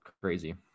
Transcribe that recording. Crazy